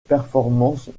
performances